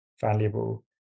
valuable